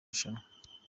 rushanwa